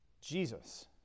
Jesus